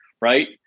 right